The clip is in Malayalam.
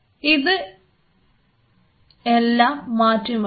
ഇത് എല്ലാം മാറ്റിമറിക്കും